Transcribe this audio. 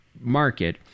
market